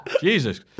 Jesus